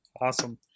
Awesome